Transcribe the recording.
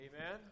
Amen